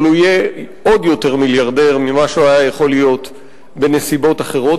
אבל הוא יהיה עוד יותר מיליארדר ממה שהוא היה יכול להיות בנסיבות אחרות,